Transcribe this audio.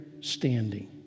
standing